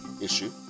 issue